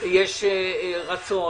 יש רצון